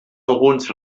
alguns